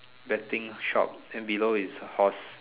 betting shop then below is a horse